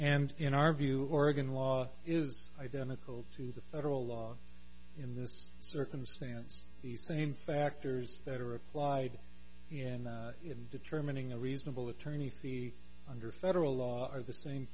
and in our view oregon law is identical to the federal law in this circumstance the same factors that are applied in determining a reasonable attorney under federal law are the same